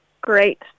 great